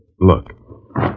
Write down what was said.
look